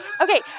Okay